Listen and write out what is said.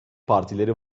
partileri